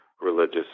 religious